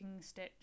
stitch